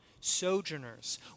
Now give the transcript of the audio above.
sojourners